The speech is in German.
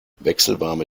wechselwarme